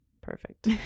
Perfect